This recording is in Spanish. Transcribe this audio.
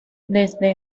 desde